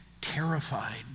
terrified